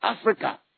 Africa